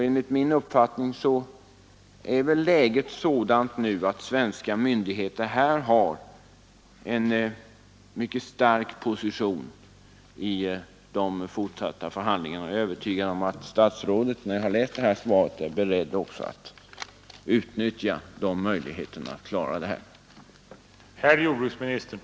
Enligt min uppfattning är läget nu sådant att svenska myndigheter har en mycket stark position i de fortsatta förhandlingarna, och efter att ha läst interpellationssvaret har jag också blivit övertygad om att statsrådet är beredd att utnyttja de möjligheter som finns för att klara föreliggande problem.